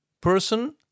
person